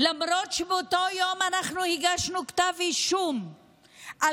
למרות שבאותו יום אנחנו הגשנו כתב אישום על